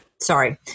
Sorry